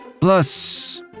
Plus